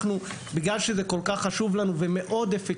בגלל שזה כל-כך חשוב לנו ואפקטיבי,